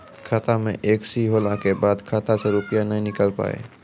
खाता मे एकशी होला के बाद खाता से रुपिया ने निकल पाए?